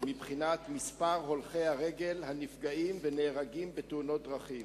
מבחינת מספר הולכי רגל שנפגעים ונהרגים בתאונות דרכים.